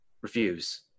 refuse